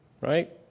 right